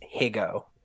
Higo